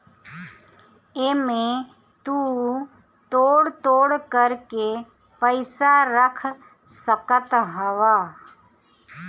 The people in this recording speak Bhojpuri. एमे तु थोड़ थोड़ कर के पैसा रख सकत हवअ